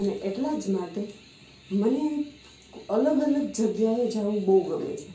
અને એટલા જ માટે મને અલગ અલગ જગ્યાએ જવું બહુ ગમે છે